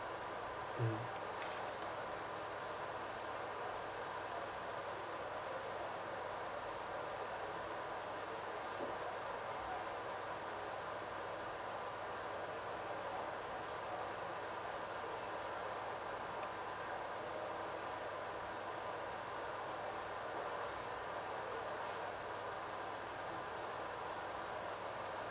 mm